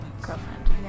girlfriend